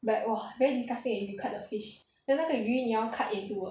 but !wah! very disgusting if you cut the fish then 那个鱼你要 cut into